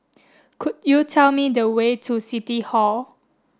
could you tell me the way to City Hall